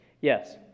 yes